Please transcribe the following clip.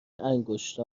انگشت